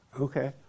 Okay